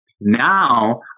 Now